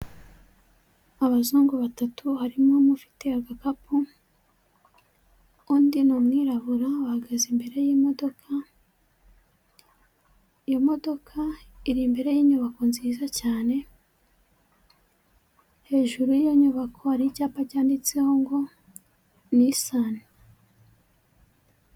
Abazungu batatu, harimo umwe ufite agakapu, undi ni umwirabura, bahagaze imbere y'imodoka, iyo modoka iri imbere y'inyubako nziza cyane, hejuru y'iyo nyubako hari icyapa cyanditseho ngo "Nisani."